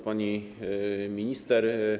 Pani Minister!